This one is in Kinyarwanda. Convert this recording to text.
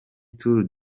tour